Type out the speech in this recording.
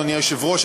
אדוני היושב-ראש,